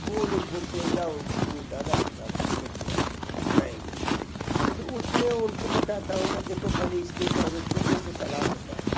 वो लोग बोलते हैं जाओ वो दादा के पास सीख कर के आओ बताएंगे तो उसमें उनको बताता हूँ मैं देखो पहले इसमें तैरो छोटे से तालाब होता है